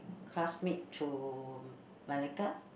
classmates to Malacca